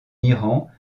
iran